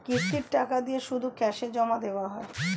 কিস্তির টাকা দিয়ে শুধু ক্যাসে জমা দেওয়া যায়?